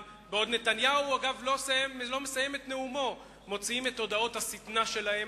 נתניהו לא מסיים את נאומו והם מוציאים את הודעות השטנה שלהם.